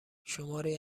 شماری